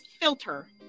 filter